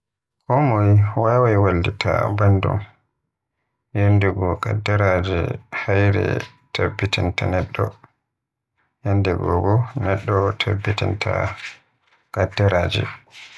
Konmoye wawai wallita bandum, yandego kaddaraje hayre tabbitinta neddo, yandego bo neddo tabbitinta kaddaraje.